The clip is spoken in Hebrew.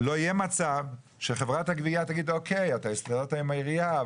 לא יהיה מצב שחברת הגבייה תגיד אתה הסתדרת עם העירייה,